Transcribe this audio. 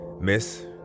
Miss